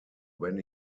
when